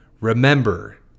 Remember